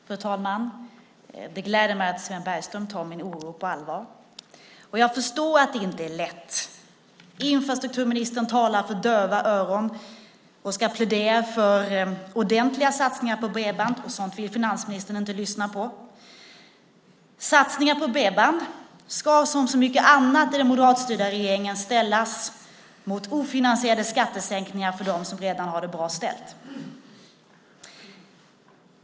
Fru talman! Det gläder mig att Sven Bergström tar min oro på allvar. Jag förstår att det inte är lätt. Infrastrukturministern talar för döva öron. Hon ska plädera för ordentliga satsningar på bredband. Sådant vill finansministern inte lyssna på. Satsningar på bredband ska som så mycket annat i den moderatstyrda regeringen ställas mot ofinansierade skattesänkningar för dem som redan har det bra ställt.